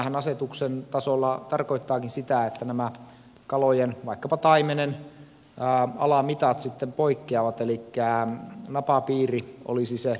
tämähän asetuksen tasolla tarkoittaakin sitä että nämä kalojen vaikkapa taimenen alamitat sitten poikkeavat elikkä napapiiri olisi se raja